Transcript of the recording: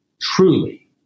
truly